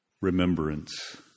Remembrance